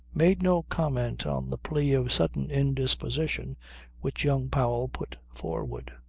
made no comment on the plea of sudden indisposition which young powell put forward.